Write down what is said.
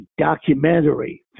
documentary